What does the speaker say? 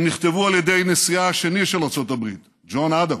הם נכתבו על ידי נשיאה השני של ארצות הברית ג'ון אדמס,